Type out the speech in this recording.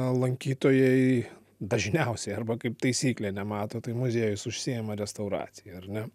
lankytojai dažniausiai arba kaip taisyklė nemato tai muziejus užsiima restauracija ar ne